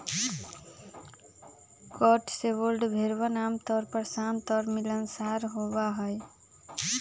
Cotswold भेड़वन आमतौर पर शांत और मिलनसार होबा हई